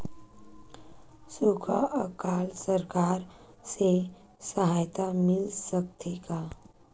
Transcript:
सुखा अकाल सरकार से सहायता मिल सकथे का?